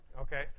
okay